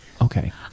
Okay